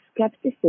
skepticism